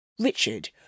Richard